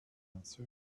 answered